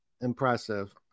impressive